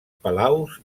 palaus